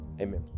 amen